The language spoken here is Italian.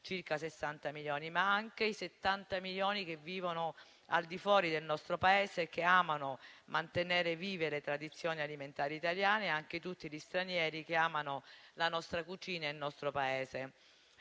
circa 60 milioni, ma anche i 70 milioni che vivono al di fuori del nostro Paese, e che amano mantenere vive le tradizioni alimentari italiane, e anche tutti gli stranieri che amano la nostra cucina e il nostro Paese.